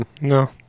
no